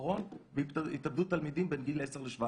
האחרון בהתאבדות תלמידים בין גיל 10 ל-17,